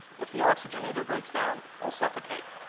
if the oxygenator breaks down, i'll suffocate.